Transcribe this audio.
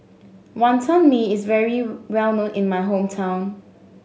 Wonton Mee is very well known in my hometown